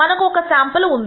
మనకు ఒక శాంపుల్ ఉంది